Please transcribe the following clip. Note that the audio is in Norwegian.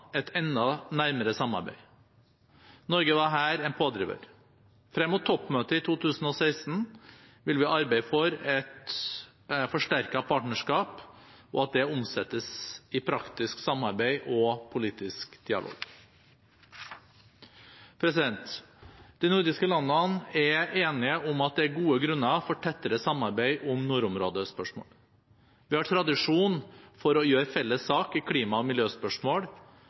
et enda nærmere samarbeid. Norge var her en pådriver. Frem mot toppmøtet i 2016 vil vi arbeide for at et forsterket partnerskap omsettes i praktisk samarbeid og politisk dialog. De nordiske landene er enige om at det er gode grunner for tettere samarbeid om nordområdespørsmål. Vi har tradisjon for å gjøre felles sak i klima- og miljøspørsmål